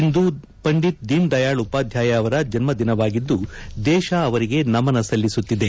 ಇಂದು ಪಂದಿತ್ ದೀನ್ ದಯಾಳ್ ಉಪಾಧ್ಯಾಯ ಅವರ ಜನ್ಮವಾಗಿದ್ದು ದೇಶ ಅವರಿಗೆ ನಮನ ಸಲ್ಲಿಸುತ್ತಿದೆ